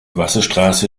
wasserstraße